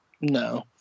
No